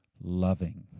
loving